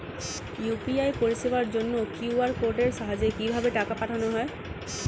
UPI পরিষেবার জন্য QR কোডের সাহায্যে কিভাবে টাকা পাঠানো হয়?